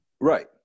Right